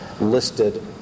listed